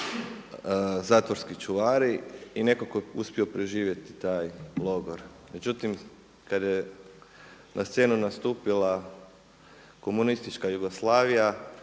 zatvorski čuvari i nekako je uspio preživjeti taj logor. Međutim, kada je na scenu nastupila komunistička Jugoslavija